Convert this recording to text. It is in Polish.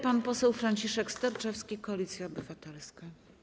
Pan poseł Franciszek Sterczewski, Koalicja Obywatelska.